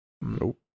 Nope